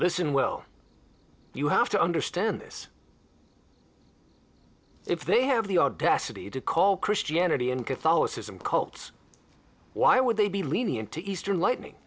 listen will you have to understand this if they have the audacity to call christianity and catholicism cults why would they be lenient to eastern lightning